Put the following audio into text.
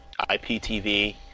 IPTV